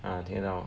ah 听得到